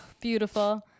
beautiful